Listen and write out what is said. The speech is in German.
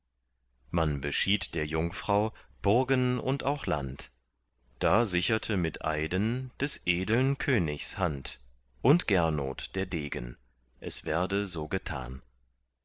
man beschied der jungfrau burgen und auch land da sicherte mit eiden des edeln königs hand und gernot der degen es werde so getan